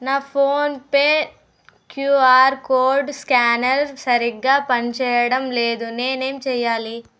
నా PhonePe QR code scanner సరిగ్గా పనిచేయడం లేదు నేనేం చేయాలి